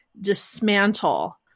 dismantle